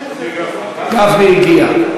גפני הגיע.